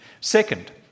Second